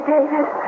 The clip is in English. David